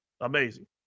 Amazing